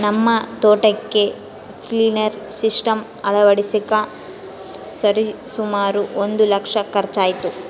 ನಮ್ಮ ತೋಟಕ್ಕೆ sprinkler system ಅಳವಡಿಸಕ ಸರಿಸುಮಾರು ಒಂದು ಲಕ್ಷ ಖರ್ಚಾಯಿತು